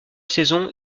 saison